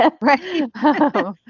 Right